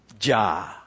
ja